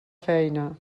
feina